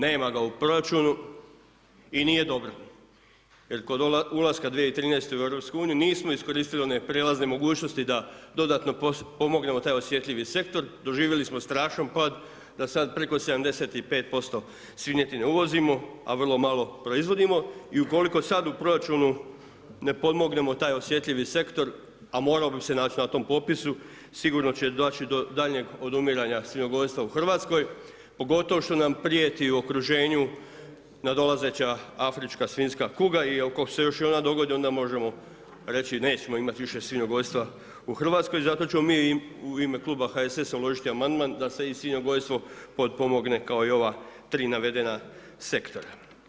Nema ga u proračunu i nije dobro, jer kod ulaska 2013. u Europsku uniju nismo iskoristili one prijelazne mogućnosti da dodatno pomognemo taj osjetljivi sektor, doživjeli smo strašan pad, da sad preko 75% svinjetine uvozimo a vrlo malo proizvodimo i ukoliko sad u Proračunu ne pomognemo taj osjetljivi sektor a morao bi se naći na tom popisu sigurno će doći do daljnjeg odumiranja svinjogojstva u Hrvatskoj, pogotovo što nam prijeti u okruženju nadolazeća afrička svinjska kuga i ako se još i ona dogodi onda možemo reći nećemo imati više svinjogojstva u Hrvatskoj i zato ćemo mi u ime Kluba HSS-a uložiti amandman da se i svinjogojstvo potpomogne kao i ova tri navedena sektora.